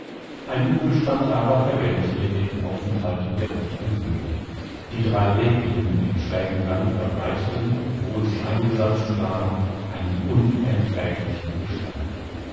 ein übelstand aber vergällte ihr den aufenthalt in der unteren höhle die drei rehdecken im schrägen gang verbreiteten obwohl sie eingesalzen waren einen unerträglichen gestank